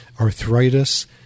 arthritis